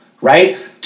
right